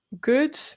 good